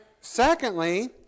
secondly